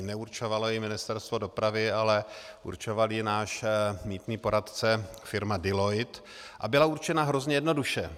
Neurčovalo ji Ministerstvo dopravy, ale určoval ji náš mýtný poradce firma Deloitte a byla určena hrozně jednoduše.